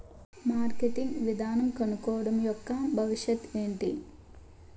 Marketing విధానం కనుక్కోవడం యెక్క భవిష్యత్ ఏంటి?